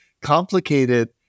complicated